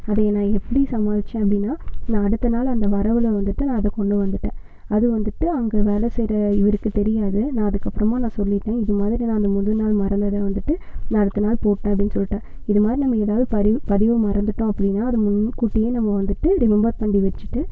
அதை நான் எப்படி சமாளிச்சேன் அப்படின்னா நான் அடுத்த நாள் அந்த வரவில் வந்துட்டு நான் அதை கொண்டு வந்துட்டேன் அது வந்துட்டு அங்கே வேலை செய்கிற இவருக்கு தெரியாது நான் அதுக்கப்புறமா நான் சொல்லிட்டேன் இது மாதிரி நான் முதல் நாள் மறந்ததை வந்துட்டு நான் அடுத்த நாள் போட்டேன் அப்படின்னு சொல்லிட்டேன் இதுமாதிரி நம்ம ஏதாவது பரிவு பதிவாய் மறந்துட்டோம் அப்படின்னா அதை முன்கூட்டியே நம்ம வந்துட்டு ரிவம்பெர் பண்ணி வச்சிட்டு